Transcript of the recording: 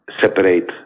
separate